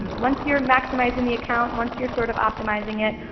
once you're maximizing the account, once you're sort of optimizing it,